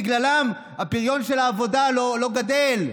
בגללם הפריון של העבודה לא גדל.